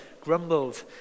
grumbled